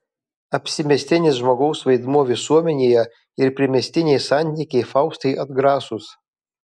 apsimestinis žmogaus vaidmuo visuomenėje ir primestiniai santykiai faustai atgrasūs